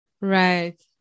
Right